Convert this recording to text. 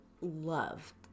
love